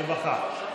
רווחה.